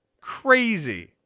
crazy